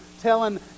telling